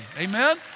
Amen